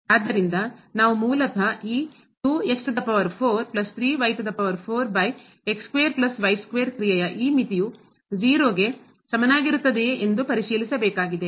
ಆದ್ದರಿಂದ ನಾವು ಮೂಲತಃ ಈ ಕ್ರಿಯೆಯ ಈ ಮಿತಿಯು 0 ಗೆ ಸಮನಾಗಿರುತ್ತದೆಯೇ ಎಂದು ಪರಿಶೀಲಿಸಬೇಕಾಗಿದೆ